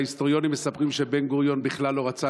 ההיסטוריונים מספרים שבן-גוריון בכלל לא רצה